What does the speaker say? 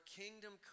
kingdom